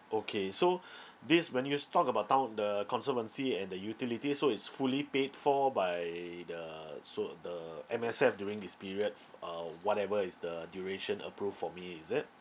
okay so this when you s~ talk about town the conservancy and the utility so it's fully paid for by the so the M_S_F during this period f~ uh whatever is the duration approved for me is it